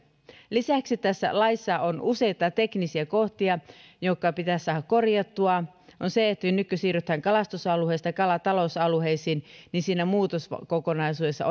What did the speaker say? lisäksi tässä laissa on useita teknisiä kohtia jotka pitäisi saada korjattua nyt kun siirrytään kalastusalueista kalatalousalueisiin siinä muutoskokonaisuudessa